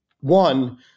one